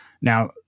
Now